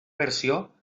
versió